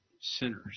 sinners